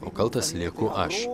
o kaltas lieku aš